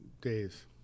days